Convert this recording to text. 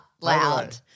loud